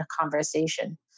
conversation